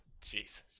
Jesus